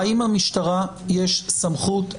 האם למשטרה יש סמכות,